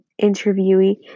interviewee